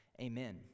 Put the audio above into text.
amen